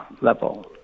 level